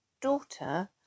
daughter